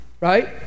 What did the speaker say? Right